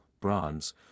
bronze